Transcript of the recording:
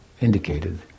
indicated